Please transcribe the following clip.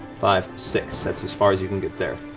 five, six. that's as far as you can get there.